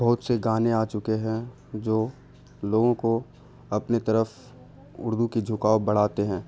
بہت سے گانے آ چکے ہیں جو لوگوں کو اپنے طرف اردو کی جھکاؤ بڑھاتے ہیں